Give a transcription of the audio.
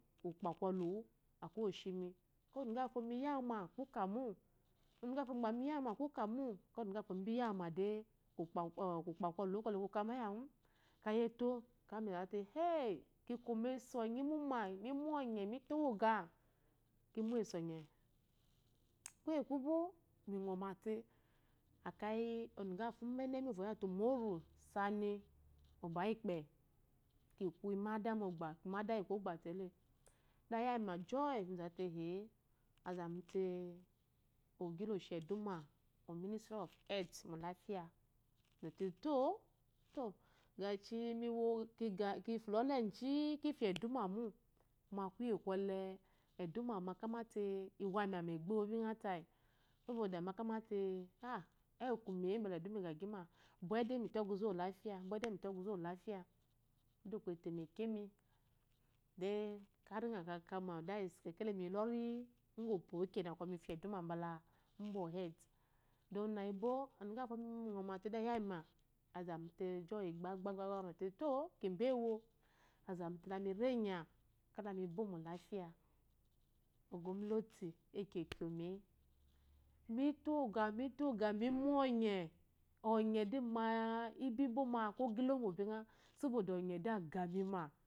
Ukpa kɔlu uwu eyi oshimi, gba kɔ mi yawu ma ku kȧmo, ɔnuga wufo migba mi yawa ma ku kȧmo, ekeyi ɔnuga wufo mibi yawu de ku kba kulu uwu ku kama zyawu, ekeyi etȯ ekeyi mizawu te-eh-eku mesu onye imuma, mu munye mi tȯwo ogah, ki mu esu onye. kuye kubo mi ngɔma te ekeyi umeni uwufo oyawu umaru sani mu obayikpe iru imanda mogba, imade lyi kwogba tėle. deh aya mima joy mi zawule-eh- azami te ogi lo shi oduma mu oministry of health mu olafiya, mizɔte tȯ, tȯ gashi mowo ki fula oleji efye eduma mo kuma kuye kwɔle, eduma ma kyamate iwawima mgba bingha tayi saboda mi kamate-ah- iwu ikumi-e bula eduma egyagima, bwe de mu to ɔguze uwu olafiya, de ukpe etemekemi de kari nga kama wu i. e kekele miyi lori kapo le kena bɔkɔ mifya eduma bala obo health deh onah ebo inuga wu fo de aya mi ma joy gbagbagba mezɔk to kimbe kiwo azami te lami renye la mi bo olafiya, ogwamnati ekyomi-e mito ogah, mito ogah, mi munye, ɔnye di ma mibi boma aku ogȧ ilomo bingha saboda onye de agamima.